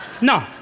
No